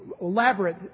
elaborate